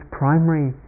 primary